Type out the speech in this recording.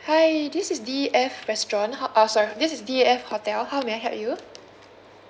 hi this is D F restaurant how uh sorry this is D F hotel how may I help you